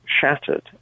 shattered